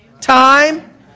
time